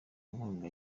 inkunga